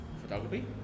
photography